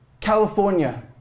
California